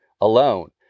alone